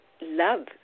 love